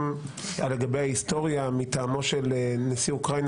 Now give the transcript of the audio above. לגבי ההיסטוריה מטעמו של נשיא אוקראינה,